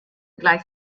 gleich